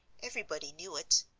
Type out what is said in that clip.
everybody knew it.